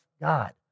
God